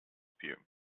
spume